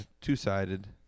two-sided